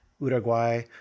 Uruguay